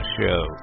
show